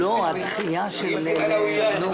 שיגיד שאתה מייצג אותו.